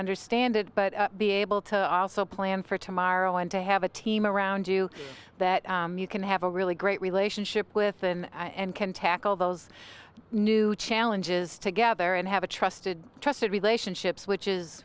understand it but be able to also plan for tomorrow and to have a team around you that you can have a really great relationship with and and can tackle those new challenges together and have a trusted trusted relationships which is